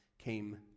came